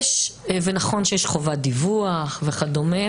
ונכון שיש חובת דיווח וכדומה,